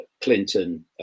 Clinton